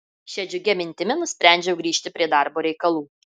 šia džiugia mintimi nusprendžiau grįžti prie darbo reikalų